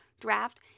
draft